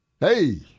Hey